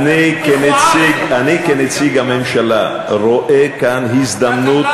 אני כנציג הממשלה רואה כאן הזדמנות,